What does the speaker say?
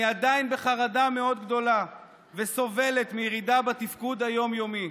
אני עדיין בחרדה מאוד גדולה וסובלת מירידה בתפקוד היום-יומי.